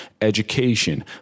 education